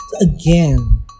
Again